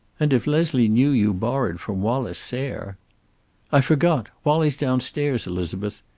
and if leslie knew you borrowed from wallace sayre i forgot! wallie's downstairs, elizabeth.